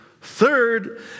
Third